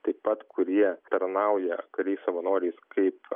taip pat kurie tarnauja kariais savanoriais kaip